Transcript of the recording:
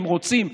אם רוצים,